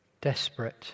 desperate